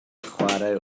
chwarae